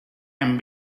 een